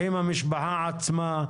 האם המשפחה עצמה,